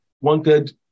wanted